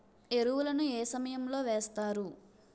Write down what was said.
ఎరువుల ను ఏ సమయం లో వేస్తారు?